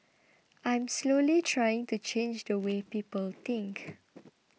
I'm slowly trying to change the way people think